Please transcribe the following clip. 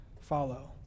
follow